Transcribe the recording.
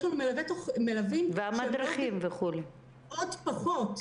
יש לנו מלווים שהם מרווחים עוד פחות.